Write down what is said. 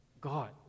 God